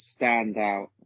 standout